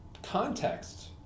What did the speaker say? context